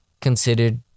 considered